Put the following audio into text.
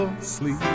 sleep